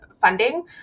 funding